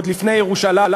עוד לפני ירושלים.